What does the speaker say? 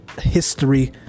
history